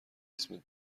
اسم